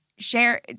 share